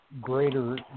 greater